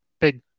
big